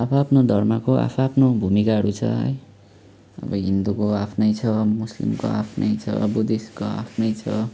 आफआफ्नो धर्मको आफआफ्नो भूमिकाहरू छ है अब हिन्दूको आफ्नै छ मुस्लिमको आफ्नै छ बुद्धिस्टको आफ्नै छ